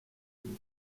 inc